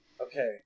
Okay